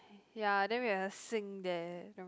ya then we have a sink there